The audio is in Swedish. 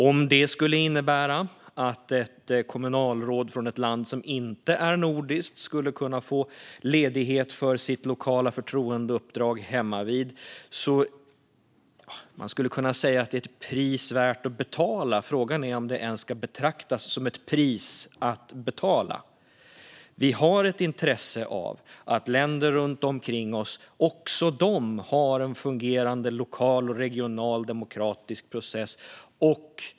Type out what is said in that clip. Om det skulle innebära att ett kommunalråd från ett land som inte är nordiskt skulle kunna få ledighet för sitt lokala förtroendeuppdrag hemmavid kan man väl säga att det är ett pris som är värt att betala. Frågan är om det ens ska betraktas som ett pris att betala. Rätt till ledighet för politiska uppdrag på lokal och regional nivå i ett annat land Vi har ett intresse av att länder runt omkring oss också har en fungerande lokal och regional demokratisk process.